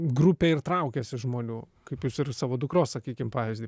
grupė ir traukiasi žmonių kaip jūs ir savo dukros sakykim pavyzdį